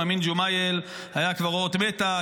עם אמין ג'ומאייל היה כבר אות מתה,